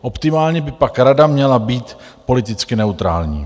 Optimálně by pak Rada měla být politicky neutrální.